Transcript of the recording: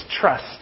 trust